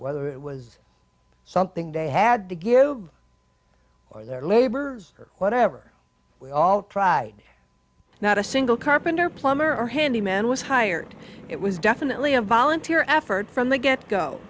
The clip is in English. whether it was something they had to give or their labor or whatever we all tried not a single carpenter plumber or handyman was hired it was definitely a volunteer effort from the get